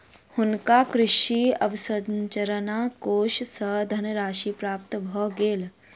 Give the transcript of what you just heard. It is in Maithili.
हुनका कृषि अवसंरचना कोष सँ धनराशि प्राप्त भ गेल